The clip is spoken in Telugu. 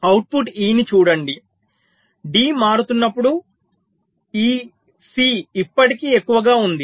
అవుట్పుట్ E ని చూడండి D మారుతున్నప్పుడు ఈ సి ఇప్పటికే ఎక్కువగా ఉంది